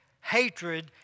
hatred